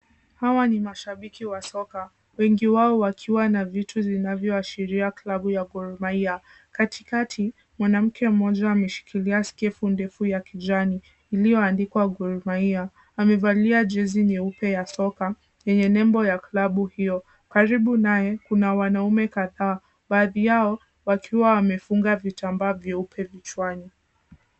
Hawa ni mashabiki wa soka, wengi wao wakiwa na vitu vinavyoashiria klabu ya Gor Mahia. Katikati, mwanamke mmoja ameshikilia skefu ndefu ya kijani iliyoandikwa Gor Mahia. Amevalia jezi nyeupe ya soka yenye nembo ya klabu hiyo. Karibu naye, kuna wanaume kadhaa baadhi yao wakiwa wamefunga vitambaa vyeupe vichwani.